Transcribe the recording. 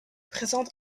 présente